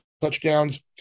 touchdowns